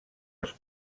els